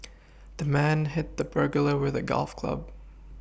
the man hit the burglar with a golf club